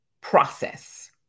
process